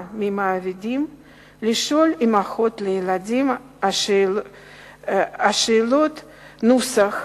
ממעבידים לשאול אמהות לילדים שאלות בנוסח: